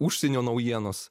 užsienio naujienas